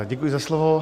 Děkuji za slovo.